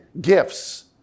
gifts